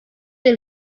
del